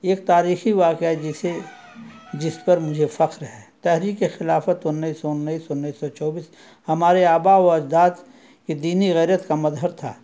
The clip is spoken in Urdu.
ایک تاریخی واقعہ جسے جس پر مجھے فخر ہے تحریک خلافت انیس سو انیس انیس سو چوبیس ہمارے آبا و اجاد کے دینی غیرت کا مظہر تھا